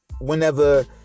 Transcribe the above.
whenever